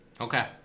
Okay